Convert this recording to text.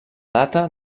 data